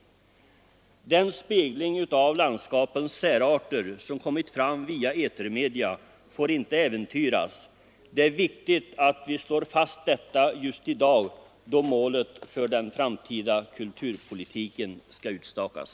Den spegling av landskapens särarter som kommit fram via etermedia får inte äventyras. Det är viktigt att vi slår fast detta just i dag då målet för den framtida kulturpolitiken skall utstakas.